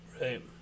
right